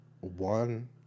One